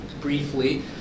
briefly